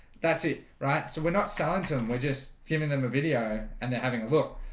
that's it. right, so we're not stanton we're just giving them a video and they're having a look.